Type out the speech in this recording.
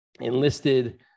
enlisted